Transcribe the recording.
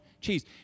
cheese